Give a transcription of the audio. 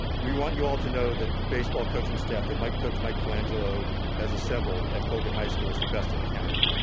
we want you all to know that the baseball coaching staff that coach mike colangelo has assembled at colgan high school is the best in the county.